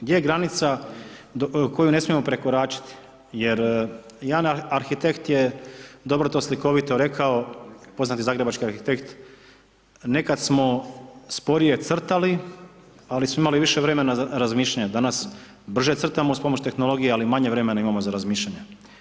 Gdje je granica koju ne smijemo prekoračiti jer jedan arhitekt je dobro to slikovito rekao, poznati zagrebački arhitekt, nekad smo sporije crtali ali smo imali više vremena za razmišljanje, danas brže crtamo uz pomoć tehnologije ali manje vremena imao za razmišljanje.